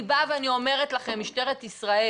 אני באה ואני אומרת לכם, משטרת ישראל,